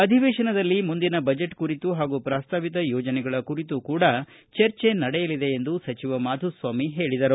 ಅಧಿವೇಶನದಲ್ಲಿ ಮುಂದಿನ ಬಜೆಟ್ ಕುರಿತು ಹಾಗೂ ಪ್ರಾಸ್ತಾವಿತ ಯೋಜನೆಗಳ ಕುರಿತು ಕೂಡ ಚರ್ಚೆ ನಡೆಯಲಿದೆ ಎಂದು ಮಾಧುಸ್ವಾಮಿ ಹೇಳಿದರು